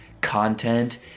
content